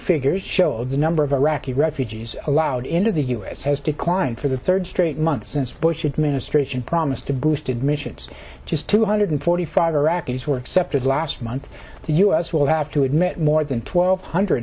figures show the number of iraqi refugees allowed into the u s has declined for the third straight month since bush administration promised to boost admissions just two hundred forty five iraqis were accepted last month the u s will have to admit more than twelve hundred